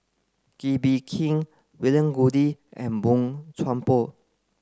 Kee Bee Khim William Goode and Boey Chuan Poh